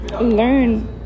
Learn